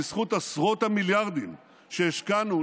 בזכות עשרות המיליארדים שהשקענו,